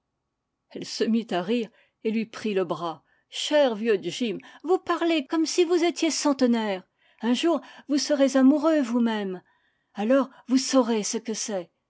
elle se mit à rire et lui prit le bras cher vieux jim vous parlez comme si vous étiez centenaire un jour vous serez amoureux vous même alors vous saurez ce que c'est